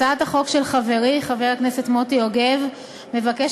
הצעת החוק של חברי חבר הכנסת מוטי יוגב מבקשת